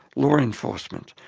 law enforcement,